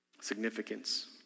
significance